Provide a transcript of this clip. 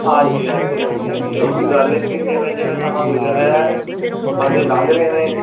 ਹਾਂਜੀ ਹਾਂਜੀ ਹਾਂਜੀ ਹਾਂਜੀ ਉਹੀ ਗੱਲ ਹੈ ਕਿ ਜਿਵੇਂ ਜਿਵੇਂ ਸਮਾਂ ਗੁਜ਼ਰ ਰਿਹਾ ਬੰਦੇ ਲੰਘ ਰਹੇ ਨੇ